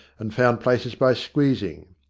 and found places by squeezing.